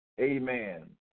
amen